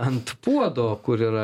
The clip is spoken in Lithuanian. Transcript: ant puodo kur yra